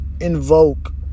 invoke